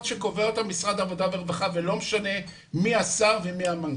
שקובע אותן משרד העבודה והרווחה ולא משנה מי השר ומי המנכ"ל.